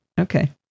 okay